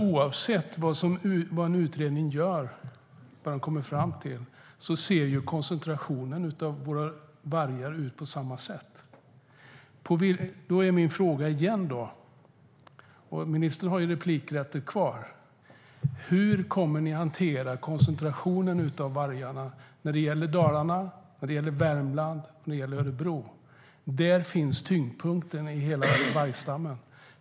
Oavsett vad en utredning kommer fram till ser koncentrationen av våra vargar ut på samma sätt. Jag frågar ministern igen: Hur kommer ni att hantera koncentrationen av vargar i Dalarna, Värmland och Örebro? Där finns tyngdpunkten i hela vargstammen.